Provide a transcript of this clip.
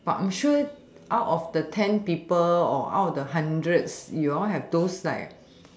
but I'm sure out of the ten people or out of the hundred you all have those like